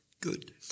good